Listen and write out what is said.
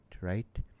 right